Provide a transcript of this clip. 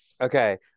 Okay